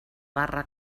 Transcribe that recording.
barra